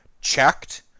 checked